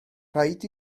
rhaid